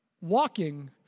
walking